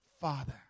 Father